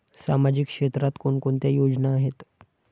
सामाजिक क्षेत्रात कोणकोणत्या योजना आहेत?